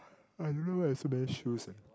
I don't know why I have so many shoes eh